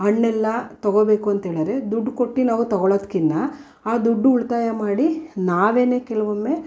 ಹಣ್ಣೆಲ್ಲಾ ತಗೋಬೇಕು ಅಂತ್ಹೇಳಿದ್ರೆ ದುಡ್ಡು ಕೊಟ್ಟು ನಾವು ತಗೊಳೋದಕ್ಕಿನ್ನ ಆ ದುಡ್ಡು ಉಳಿತಾಯ ಮಾಡಿ ನಾವೇ ಕೆಲವೊಮ್ಮೆ